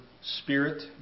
spirit